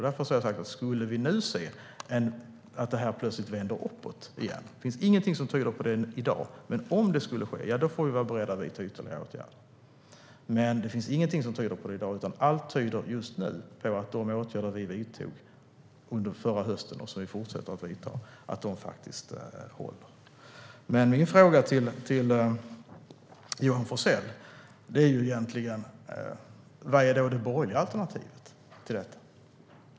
Därför har jag sagt att om vi nu skulle se att det plötsligt vänder uppåt igen får vi vara beredda att vidta ytterligare åtgärder. Men det finns ingenting som tyder på det i dag, utan allt tyder just nu på att de åtgärder vi vidtog under förra hösten och de åtgärder som vi fortsätter att vidta faktiskt håller. Min fråga till Johan Forssell är: Vad är då det borgerliga alternativet till detta?